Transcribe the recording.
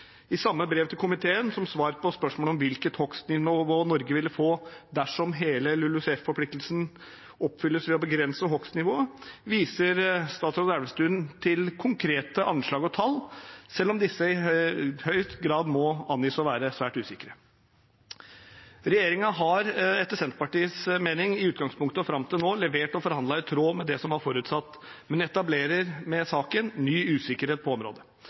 I samme brev til komiteen som svar på spørsmål om hvilket hogstnivå Norge ville få dersom hele LULUCF-forpliktelsen oppfylles ved å begrense hogstnivået, viser statsråd Elvestuen til konkrete anslag og tall, selv om disse i høy grad må angis å være svært usikre. Regjeringen har etter Senterpartiets mening i utgangspunktet og fram til nå levert og forhandlet i tråd med det som var forutsatt, men etablerer med saken ny usikkerhet på området.